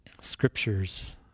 scriptures